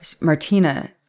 Martina